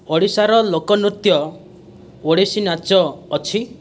ଓଡ଼ିଶାର ଲୋକନୃତ୍ୟ ଓଡ଼ିଶୀ ନାଚ ଅଛି